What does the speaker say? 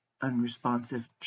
unresponsive